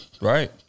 Right